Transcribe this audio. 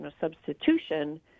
substitution